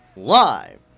Live